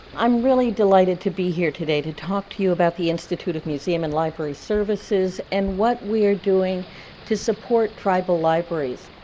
i'm really delighted to be here today to talk to you about the institute of museum and libraries services and what we are doing to support tribal libraries,